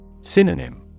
Synonym